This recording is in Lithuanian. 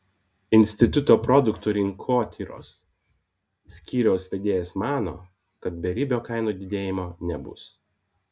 instituto produktų rinkotyros skyriaus vedėjas mano kad beribio kainų didėjimo nebus